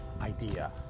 idea